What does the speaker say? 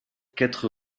quatre